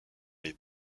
les